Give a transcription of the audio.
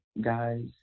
guys